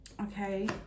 okay